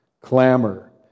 clamor